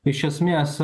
iš esmės